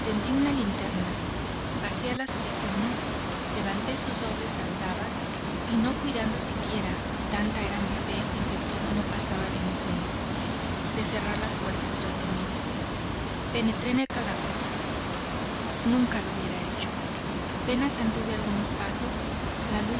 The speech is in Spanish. un linterna bajé a las prisiones levanté sus dobles aldabas y no cuidando siquiera tanta era mi fe en que todo no pasaba de un cuento de cerrar las puertas tras mí penetré en el calabozo nunca lo hubiera hecho apenas anduve unos pasos las luz